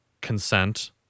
consent